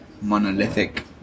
monolithic